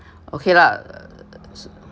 okay lah